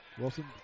Wilson